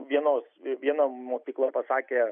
vienos viena mokykla pasakė